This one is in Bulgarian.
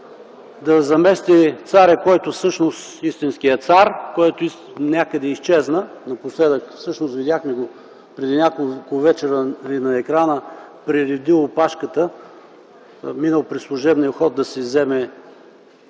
да замести царя, който всъщност е истинският цар, който някъде изчезна. Всъщност го видяхме преди няколко вечери на екрана - прередил опашката, минал през служебния вход да си вземе